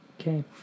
Okay